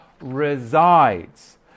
resides